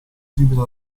simile